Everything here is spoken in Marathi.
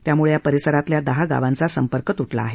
त्याम्ळे या परिसरातल्या दहा गावांचा संपर्क त्टला आहे